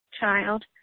child